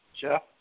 Jeff